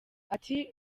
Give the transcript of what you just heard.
ati